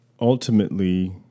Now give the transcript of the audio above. ultimately